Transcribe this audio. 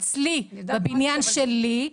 אצלי בבניין שלי,